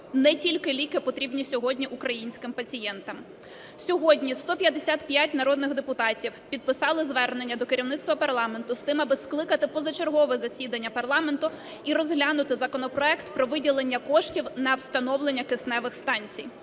не тільки ліки потрібні сьогодні українським пацієнтам. Сьогодні 155 народних депутатів підписали звернення до керівництва парламенту з тим, аби скликати позачергове засідання парламенту і розглянути законопроект про виділення коштів на встановлення кисневих станцій.